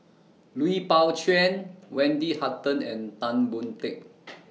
Lui Pao Chuen Wendy Hutton and Tan Boon Teik